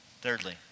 Thirdly